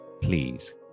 please